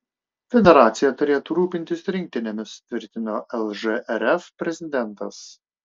federacija turėtų rūpintis rinktinėmis tvirtino lžrf prezidentas